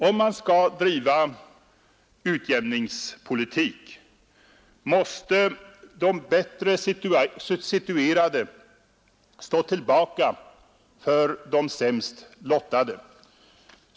Om man skall driva utjämningspolitik, måste de bättre situerade stå tillbaka för de sämst lottade.